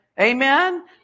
Amen